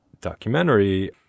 documentary